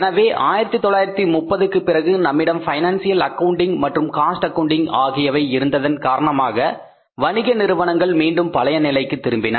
எனவே 1930 க்குப் பிறகு நம்மிடம் பைனான்சியல் அக்கவுண்டிங் மற்றும் காஸ்டிங் ஆகியவை இருந்ததன் காரணமாக வணிக நிறுவனங்கள் மீண்டும் பழைய நிலைக்கு திரும்பின